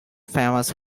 famous